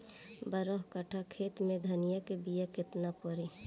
बारह कट्ठाखेत में धनिया के बीया केतना परी?